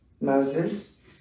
Moses